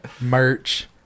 Merch